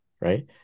right